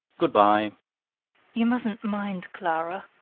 good-bye you mustn't mind clara.